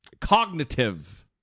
cognitive